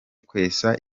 kwesa